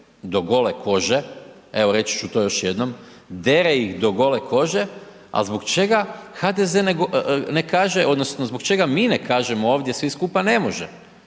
do gole kože, evo reći ću to još jednom, dere ih do gole kože a zbog čega HDZ ne kaže odnosno zbog čega mi ne kažemo ovdje svi skupa ne može.